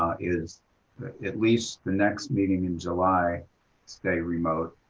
is that at least the next meeting in july stay remote,